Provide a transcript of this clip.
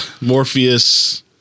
Morpheus